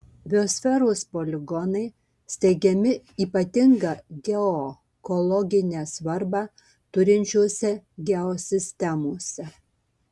biosferos poligonai steigiami ypatingą geoekologinę svarbą turinčiose geosistemose